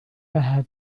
هذا